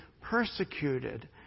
persecuted